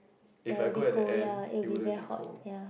ya it would be cold ya it would be very hot ya